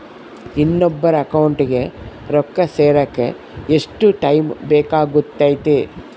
ಇನ್ನೊಬ್ಬರ ಅಕೌಂಟಿಗೆ ರೊಕ್ಕ ಸೇರಕ ಎಷ್ಟು ಟೈಮ್ ಬೇಕಾಗುತೈತಿ?